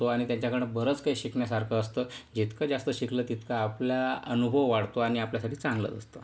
आणि त्यांच्याकडून बरंच काही शिकण्यासारखं असतं जितकं जास्त शिकलं तितका आपला अनुभव वाढतो आणि आपल्यासाठी चांगलं असतं